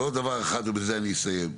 ועוד דבר אחד, ובזה אני אסיים.